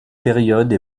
période